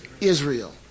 Israel